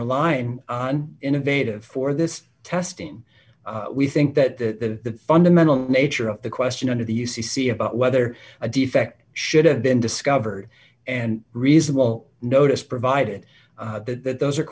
relying on innovative for this testing we think that the fundamental nature of the question under the u c c about whether a defect should have been discovered and reasonable notice provided that those are